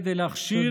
כדי להכשיר,